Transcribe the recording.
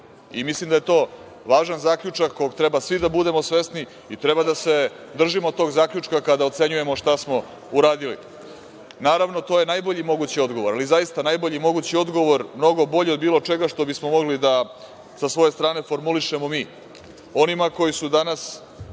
Mislim da je to važan zaključak kog treba svi da budemo svesni i treba da se držimo tog zaključka kada ocenjujemo šta smo uradili. Naravno, to je najbolji mogući odgovor, ali zaista najbolji mogući odgovor, mnogo bolji od bilo čega što bismo mogli da sa svoje strane formulišemo mi onima koji su danas